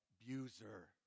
abuser